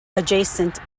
adjacent